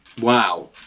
Wow